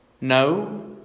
No